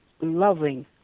loving